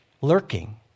lurking